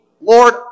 Lord